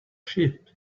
sheep